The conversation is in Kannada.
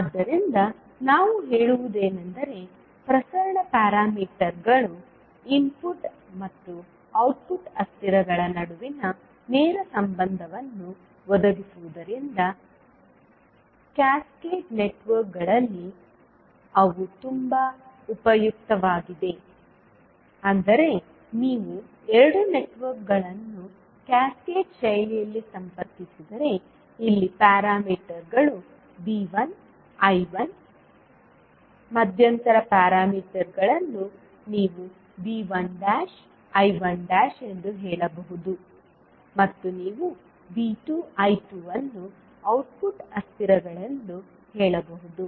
ಆದ್ದರಿಂದ ನಾವು ಹೇಳುವುದೇನೆಂದರೆ ಪ್ರಸರಣ ಪ್ಯಾರಾಮೀಟರ್ಗಳು ಇನ್ಪುಟ್ ಮತ್ತು ಔಟ್ಪುಟ್ ಅಸ್ಥಿರಗಳ ನಡುವಿನ ನೇರ ಸಂಬಂಧವನ್ನು ಒದಗಿಸುವುದರಿಂದ ಕ್ಯಾಸ್ಕೇಡ್ ನೆಟ್ವರ್ಕ್ಗಳಲ್ಲಿ ಅವು ತುಂಬಾ ಉಪಯುಕ್ತವಾಗಿವೆ ಅಂದರೆ ನೀವು ಎರಡು ನೆಟ್ವರ್ಕ್ಗಳನ್ನು ಕ್ಯಾಸ್ಕೇಡ್ ಶೈಲಿಯಲ್ಲಿ ಸಂಪರ್ಕಿಸಿದರೆ ಇಲ್ಲಿ ಪ್ಯಾರಾಮೀಟರ್ಗಳು V1 I1 ಮಧ್ಯಂತರ ಪ್ಯಾರಾಮೀಟರ್ಗಳನ್ನು ನೀವು V1 I1 ಎಂದು ಹೇಳಬಹುದು ಮತ್ತು ನೀವು V2I2 ಅನ್ನು ಔಟ್ಪುಟ್ ಅಸ್ಥಿರಗಳೆಂದು ಹೇಳಬಹುದು